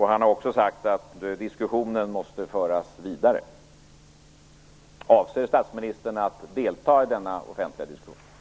Han har också sagt att diskussionen måste föras vidare. Avser statsministern att delta i denna offentliga diskussion?